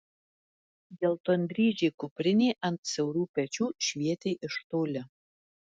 geltondryžė kuprinė ant siaurų pečių švietė iš toli